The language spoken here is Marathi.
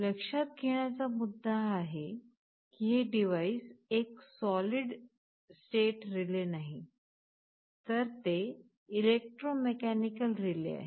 लक्षात घेण्याचा मुद्दा हा आहे की हे डिव्हाइस एक सॉलिड स्टेट रिले नाही तर ते इलेक्ट्रोमेकॅनिकल रिले आहे